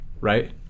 right